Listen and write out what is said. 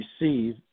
receive